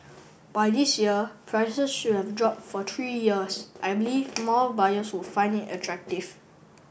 by this year prices should have dropped for three years I believe more buyers will find it attractive